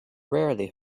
rarely